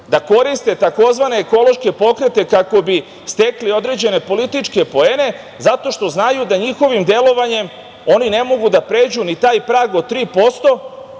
da koriste tzv. ekološke pokrete kako bi stekli određene političke poene zato što znaju da njihovim delovanjem oni ne mogu da pređu ni taj prag od 3%,